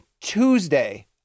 Tuesday